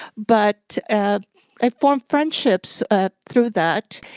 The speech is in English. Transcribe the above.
but ah i formed friendships ah through that.